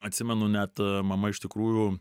atsimenu net mama iš tikrųjų